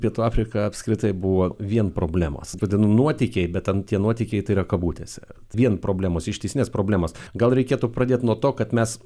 pietų afrika apskritai buvo vien problemos vadinu nuotykiai bet ten tie nuotykiai tai yra kabutėse vien problemos ištisinės problemos gal reikėtų pradėt nuo to kad mes